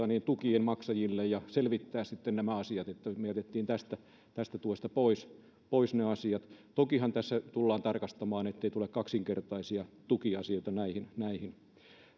tukien maksajille selvittää sitten nämä asiat me jätimme tästä tästä tuesta pois pois ne asiat tokihan tässä tullaan tarkastamaan ettei tule kaksinkertaisia tukia sieltä näihin